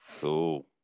Cool